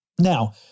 Now